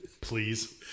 Please